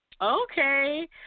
okay